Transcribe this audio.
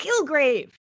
Kilgrave